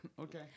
Okay